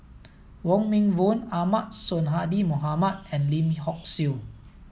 Wong Meng Voon Ahmad Sonhadji Mohamad and Lim Hock Siew